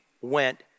went